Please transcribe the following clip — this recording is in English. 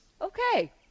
Okay